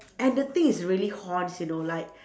and the thing is really haunts you know like